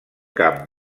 camp